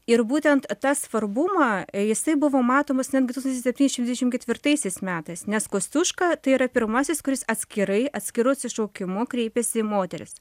ir būtent tą svarbumą jisai buvo matomas netgi tūkstantis septyni šimtai devyniasdešimt ketvirtaisiais metais nes kosciuška tai yra pirmasis kuris atskirai atskiru atsišaukimu kreipėsi į moteris